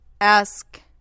Ask